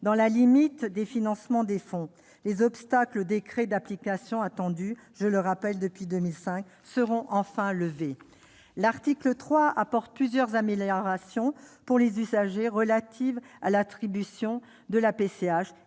dans la limite des financements des fonds ». Les obstacles au décret d'application, attendu, je le rappelle, depuis 2005, seront enfin levés. Par ailleurs, l'article 3 apporte plusieurs améliorations pour les usagers relatives à l'attribution de la PCH